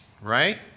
right